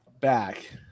back